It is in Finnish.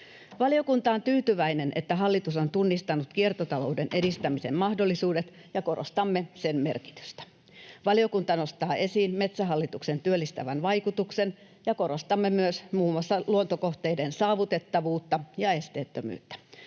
Valiokunta on tyytyväinen, että hallitus on tunnistanut kiertotalouden edistämisen mahdollisuudet, ja korostamme sen merkitystä. Valiokunta nostaa esiin Metsähallituksen työllistävän vaikutuksen, ja korostamme myös muun muassa luontokohteiden saavutettavuutta ja esteettömyyttä.